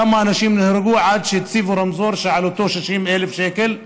כמה אנשים נהרגו עד שהציבו רמזור שעלותו 60,000 שקל?